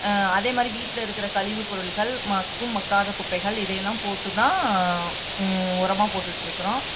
அதேமாதிரி வீட்டில் இருக்கிற கழிவுப் பொருள்கள் மக்கும் மக்காத குப்பைகள் இதையெல்லாம் போட்டு தான் உரமா போட்டுட்டிருக்கறோம்